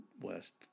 West